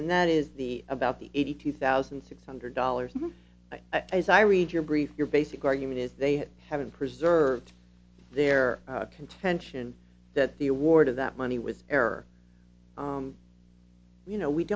and that is the about the eighty two thousand six hundred dollars but as i read your brief your basic argument is they haven't preserved their contention that the award of that money was error you know we